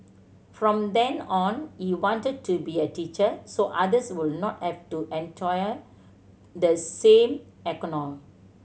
from then on he wanted to be a teacher so others would not have to the same agony